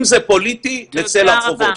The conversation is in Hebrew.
אם זה פוליטי נצא לרחובות,